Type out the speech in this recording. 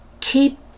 keep